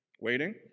waiting